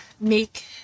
make